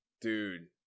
dude